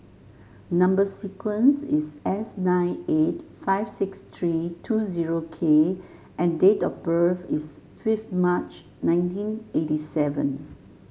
number sequence is S nine eight five six three two zero K and date of birth is fifth March nineteen eighty seven